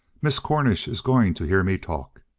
miss cornish is going to hear me talk.